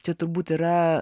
čia turbūt yra